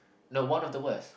no one of the worst